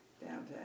downtown